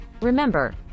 Remember